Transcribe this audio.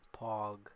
Pog